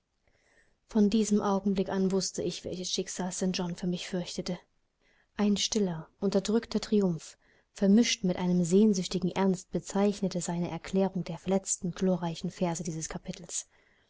von diesem augenblick an wußte ich welches schicksal st john für mich fürchtete ein stiller unterdrückter triumph vermischt mit einem sehnsüchtigen ernst bezeichnete seine erklärung der letzten glorreichen verse dieses kapitels